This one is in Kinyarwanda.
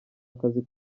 akazi